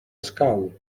escau